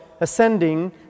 ascending